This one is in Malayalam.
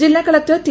ജില്ല കലക്ടർ ടി